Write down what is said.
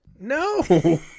no